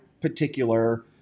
particular